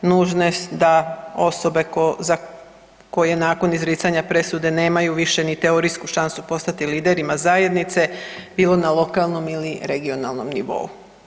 Nužne da osobe za koje nakon izricanja presude nemaju više ni teorijsku šansu postati liderima zajednice bilo na lokalnom ili regionalnom nivou.